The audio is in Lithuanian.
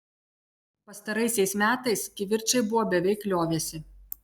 pastaraisiais metais kivirčai buvo beveik liovęsi